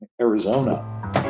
Arizona